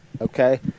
okay